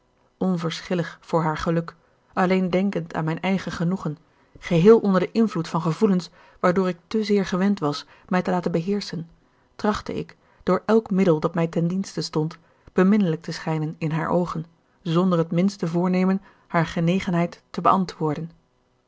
onverschillig voor haar geluk alleen denkend aan mijn eigen genoegen geheel onder den invloed van gevoelens waardoor ik te zeer gewend was mij te laten beheerschen trachtte ik door elk middel dat mij ten dienste stond beminnelijk te schijnen in haar oogen zonder het minste voornemen haar genegenheid te beantwoorden